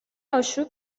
آشوب